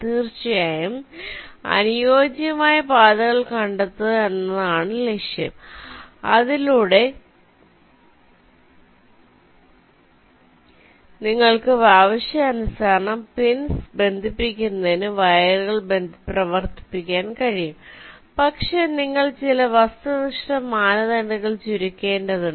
തീർച്ചയായും അനുയോജ്യമായ പാതകൾ കണ്ടെത്തുക എന്നതാണ് ലക്ഷ്യം അതിലൂടെ നിങ്ങൾക്ക് ആവശ്യാനുസരണം പിൻസ് ബന്ധിപ്പിക്കുന്നതിന് വയറുകൾ പ്രവർത്തിപ്പിക്കാൻ കഴിയും പക്ഷെ നിങ്ങൾ ചില വസ്തുനിഷ്ഠ മാനദണ്ഡങ്ങൾ ചുരുക്കേണ്ടതുണ്ട്